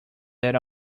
that